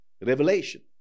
revelation